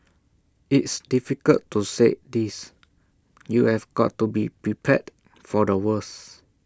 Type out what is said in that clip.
it's difficult to say this you've got to be prepared for the worst